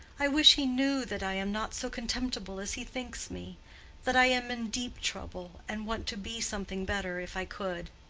i wish he knew that i am not so contemptible as he thinks me that i am in deep trouble, and want to be something better if i could.